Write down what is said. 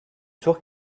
tour